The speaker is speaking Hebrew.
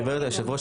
גברתי יושבת הראש,